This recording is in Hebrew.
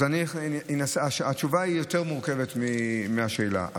התשובה יותר מורכבת מהשאלה.